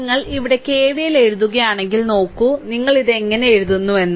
നിങ്ങൾ ഇവിടെ കെവിഎൽ എഴുതുകയാണെങ്കിൽ നോക്കൂ നിങ്ങൾ ഇത് എങ്ങനെ എഴുതുന്നുവെന്ന്